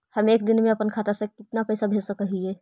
हम एक दिन में अपन खाता से कितना पैसा भेज सक हिय?